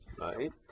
right